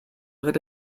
led